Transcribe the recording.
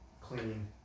clean